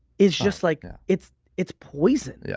is just like ah it's it's poison. yeah